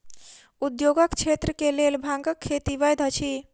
उद्योगक क्षेत्र के लेल भांगक खेती वैध अछि